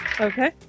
Okay